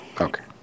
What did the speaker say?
Okay